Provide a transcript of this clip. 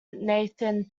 nathan